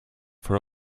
for